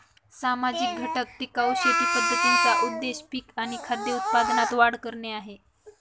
सामाजिक घटक टिकाऊ शेती पद्धतींचा उद्देश पिक आणि खाद्य उत्पादनात वाढ करणे आहे